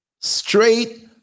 straight